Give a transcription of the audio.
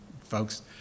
folks